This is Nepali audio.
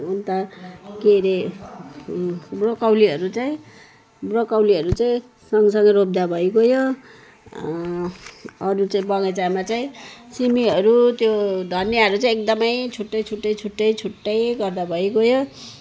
अन्त के अरे ब्रोकौलीहरू चाहिँ ब्रोकौलीहरू चाहिँ सँगसँगै रोप्दा भइगयो अरू चाहिँ बगैँचामा चाहिँ सिबीहरू त्यो धनियाँहरू चाहिँ एकदमै छुट्टै छुट्टै छुट्टै छुट्टै गर्दा भइगयो